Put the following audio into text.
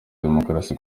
demokarasi